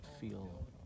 feel